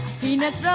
Peanuts